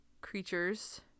creatures